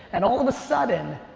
and all of a sudden,